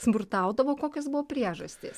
smurtaudavo kokios buvo priežastys